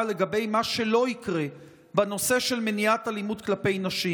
לגבי מה שלא יקרה בנושא של מניעת אלימות כלפי נשים: